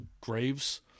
graves